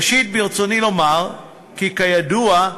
ראשית, ברצוני לומר כי, כידוע,